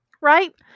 Right